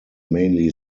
mainly